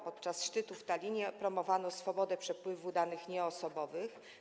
Podczas szczytu w Tallinie promowano swobodę przepływu danych nieosobowych.